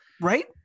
Right